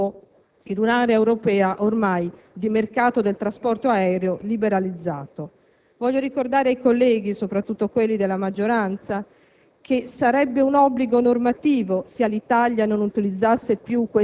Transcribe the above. di queste settimane di molti operatori privati del trasporto aereo che si sono candidati a sostituire i tagli di Alitalia lo dimostra - anche come scalo di valenza internazionale